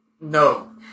No